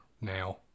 now